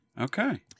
Okay